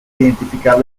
identificar